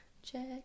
Check